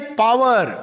power